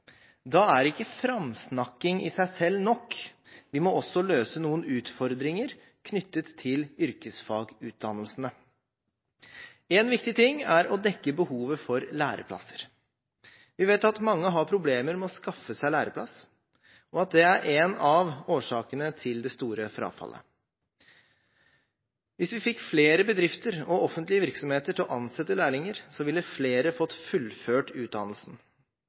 Da er ikke framsnakking i seg selv nok. Vi må også løse noen utfordringer knyttet til yrkesfagutdannelsene. En viktig ting er å dekke behovet for læreplasser. Vi vet at mange har problemer med å skaffe seg læreplass, og at det er en av årsakene til det store frafallet. Hvis vi fikk flere bedrifter og offentlige virksomheter til å ansette lærlinger, ville flere fått fullført utdannelsen.